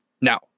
Now